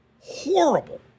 horrible